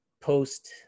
post